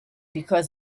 because